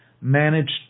managed